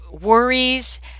worries